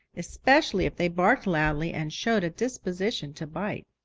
especially if they barked loudly and showed a disposition to bite.